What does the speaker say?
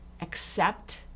accept